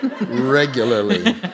regularly